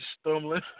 stumbling